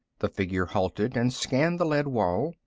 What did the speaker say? the figure halted and scanned the lead wall.